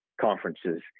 conferences